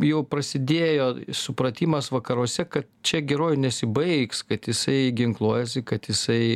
jau prasidėjo supratimas vakaruose kad čia geruoju nesibaigs kad jisai ginkluojasi kad jisai